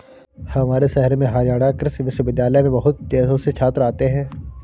हमारे शहर में हरियाणा कृषि विश्वविद्यालय में बहुत देशों से छात्र आते हैं